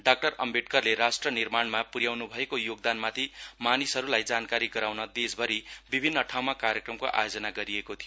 doctor अम्बेडकरले राष्ट्र निर्माणमा पुर्याएको योगदानमाथि मानिसहरूलाई जानकारी गराउन देशभरि विभिन्न ठाँउमा कार्यक्रमको आयोजना गरिएको थियो